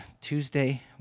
Tuesday